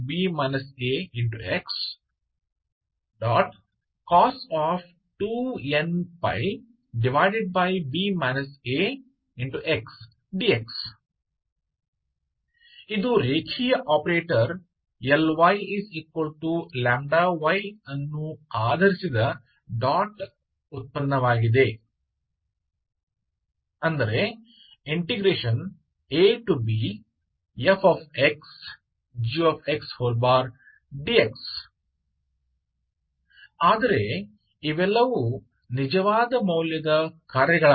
cos 2nπb ax dx ಇದು ರೇಖೀಯ operator Ly λy ಅನ್ನು ಆಧರಿಸಿದ ಡಾಟ್ ಉತ್ಪನ್ನವಾಗಿದೆ ಅಂದರೆ abfgdx ಆದರೆ ಇವೆಲ್ಲವೂ ನಿಜವಾದ ಮೌಲ್ಯದ ಕಾರ್ಯಗಳಾಗಿವೆ